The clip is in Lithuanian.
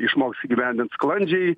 išmoks įgyvendint sklandžiai